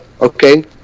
okay